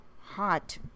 hot